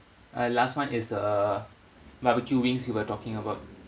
uh last one is the barbecue wings you were talking about